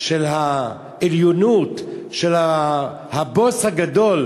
של העליונות, של הבוס הגדול,